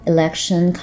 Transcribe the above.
Election